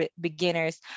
beginners